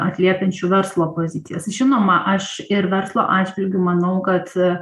atliepiančių verslo pozicijas žinoma aš ir verslo atžvilgiu manau kad